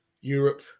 europe